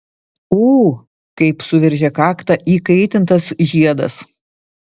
ū kaip suveržė kaktą įkaitintas žiedas